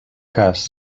cas